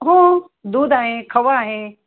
हो हो दूध आहे खवा आहे